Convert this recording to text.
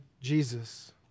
Jesus